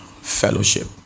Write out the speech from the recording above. fellowship